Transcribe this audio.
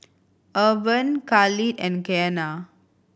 Urban Khalid and Keanna